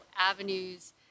avenues